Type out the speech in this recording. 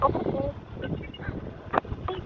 ओहो छै ठीक